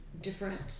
different